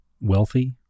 wealthy